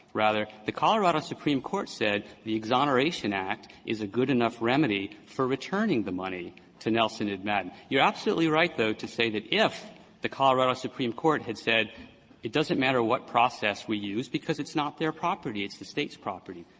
rather, the colorado supreme court said the exoneration act is a good enough remedy for returning the money to nelson and madden. you're absolutely right, though, to say that if the colorado supreme court had said it doesn't matter what process we use because it's not their property, it's the state's property.